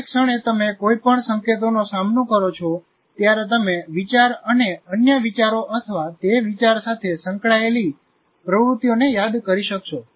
જે ક્ષણે તમે કોઈ પણ સંકેતોનો સામનો કરો છો ત્યારે તમે વિચાર અને અન્ય વિચારો અથવા તે વિચાર સાથે સંકળાયેલી પ્રવૃત્તિઓને યાદ કરી શકશો